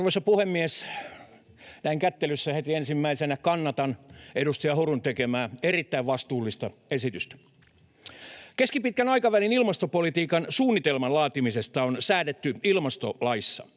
Arvoisa puhemies! Näin kättelyssä heti ensimmäisenä kannatan edustaja Hurun tekemää erittäin vastuullista esitystä. Keskipitkän aikavälin ilmastopolitiikan suunnitelman laatimisesta on säädetty ilmastolaissa.